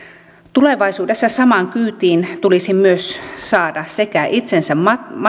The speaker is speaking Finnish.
tulevaisuudessa samaan kyytiin tulisi myös saada sekä